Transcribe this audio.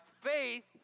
faith